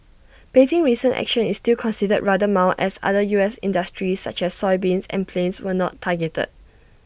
Beijing's recent action is still considered rather mild as other U S industries such as soybeans and planes were not targeted